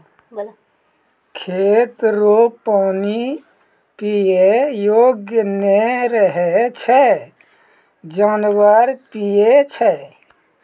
खेत रो पानी पीयै योग्य नै रहै छै जानवर पीयै छै